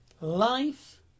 life